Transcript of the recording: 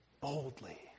boldly